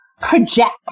project